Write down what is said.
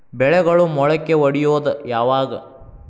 ಬೆಳೆಗಳು ಮೊಳಕೆ ಒಡಿಯೋದ್ ಯಾವಾಗ್?